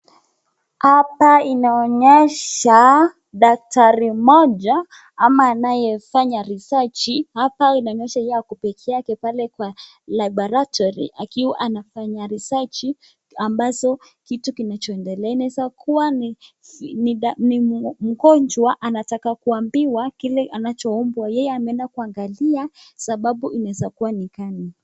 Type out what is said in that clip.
Hapa inaonyesha daktari mmoja ama anayefanya research hapa inaonyesha ye ako peke yake pale kwa laboratory akiwa anafanya research ambazo kitu kinachoendelea. Inaeza kuwa ni mgonjwa anataka kuambiwa kile anachoombwa. Yeye ameenda kuangalia sababu inaweza kuwa ni gani.